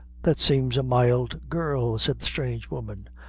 that seems a mild girl, said the strange woman,